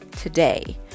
today